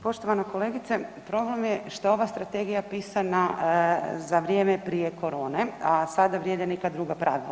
Poštovana kolegice, problem je što ova Strategija pisana za vrijeme prije korone, a sada vrijede neka druga pravila.